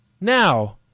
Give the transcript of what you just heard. Now